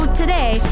today